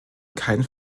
kein